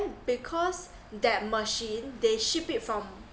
because that machine they ship it from